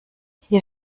hier